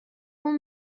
اون